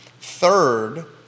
Third